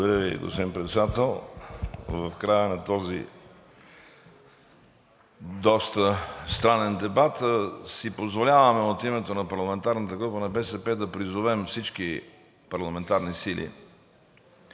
Благодаря Ви, господин Председател. В края на този доста странен дебат си позволяваме от името на парламентарната група на БСП да призовем всички парламентарни сили